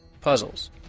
Puzzles